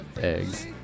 Eggs